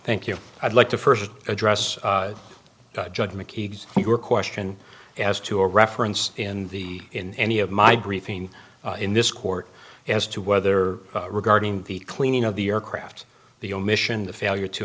thank you i'd like to first address judge mckeague your question as to a reference in the in any of my briefing in this court as to whether regarding the cleaning of the aircraft the omission the failure to